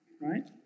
right